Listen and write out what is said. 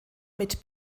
mit